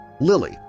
Lily